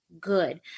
Good